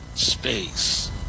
Space